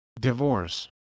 Divorce